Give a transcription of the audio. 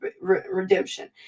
redemption